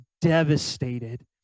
devastated